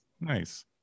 Nice